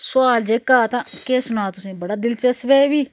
सुआल जेह्का तां केह् सनां तुसेंगी बड़ा दिलचस्प ऐ एह् बी